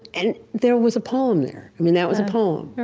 and there was a poem there. i mean, that was a poem.